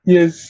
Yes